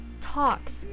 Talks